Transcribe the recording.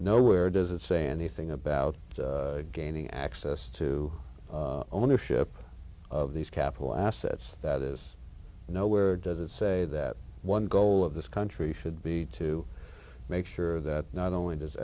nowhere does it say anything about gaining access to ownership of these capital assets that is nowhere does it say that one goal of this country should be to make sure that not only does